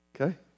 Okay